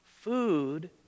food